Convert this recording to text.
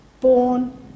born